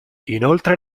inoltre